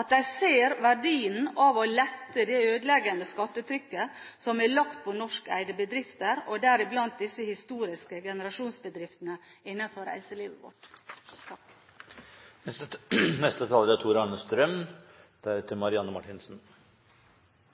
at de ser verdien av å lette det ødeleggende skattetrykket som er lagt på norskeide bedrifter, deriblant de historiske generasjonsbedriftene innenfor reiselivet vårt. Trontalen bekrefter det vi vet: Norge er